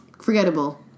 forgettable